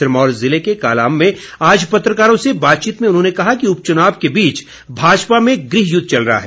सिरमौर ज़िले के कालाअंब में आज पत्रकारों से बातचीत में उन्होंने कहा कि उपचुनाव के बीच भाजपा में गृह युद्ध चल रहा है